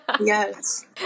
Yes